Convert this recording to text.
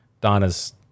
Donna's